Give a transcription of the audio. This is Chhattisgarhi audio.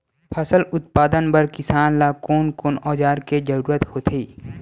फसल उत्पादन बर किसान ला कोन कोन औजार के जरूरत होथे?